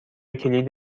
کلید